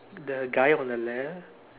the guy on the left